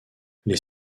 les